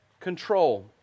control